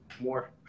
more